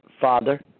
Father